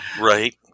right